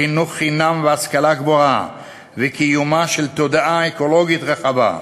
חינוך חינם והשכלה גבוהה וקיומה של תודעה אקולוגית רחבה.